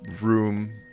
room